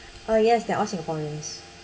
uh yes they're all singaporeans